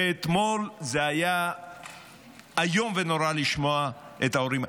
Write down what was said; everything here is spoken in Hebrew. אתמול היה איום ונורא לשמוע את ההורים.